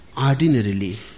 ordinarily